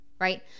right